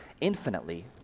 infinitely